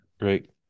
Right